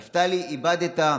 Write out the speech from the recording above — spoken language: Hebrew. נפתלי, איבדת,